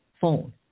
phone